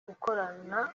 gukorana